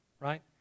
right